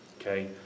Okay